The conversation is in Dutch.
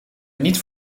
niet